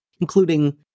including